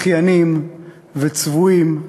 בכיינים וצבועים.